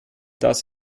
das